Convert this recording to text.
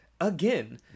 again